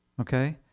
Okay